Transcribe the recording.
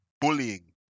bullying